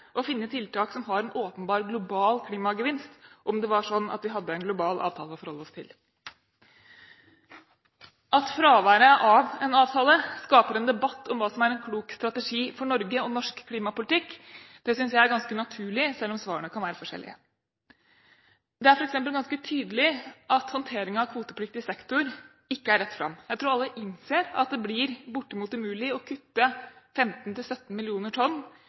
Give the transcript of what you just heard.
å finne tiltak som har en åpenbar global klimagevinst om det var sånn at vi hadde en global avtale å forholde oss til. At fraværet av en avtale skaper en debatt om hva som er en klok strategi for Norge og norsk klimapolitikk, synes jeg er ganske naturlig selv om svarene kan være forskjellige. Det er f.eks. ganske tydelig at håndteringen av kvotepliktig sektor ikke er rett fram. Jeg tror alle innser at det blir bortimot umulig å kutte